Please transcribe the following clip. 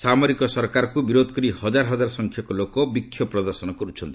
ସାମରିକ ସରକାରକୁ ବିରୋଧ କରି ହଜାର ହଜାର ସଂଖ୍ୟକ ଲୋକ ବିକ୍ଷୋଭ ପ୍ରଦର୍ଶନ କରୁଛନ୍ତି